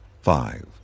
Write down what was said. five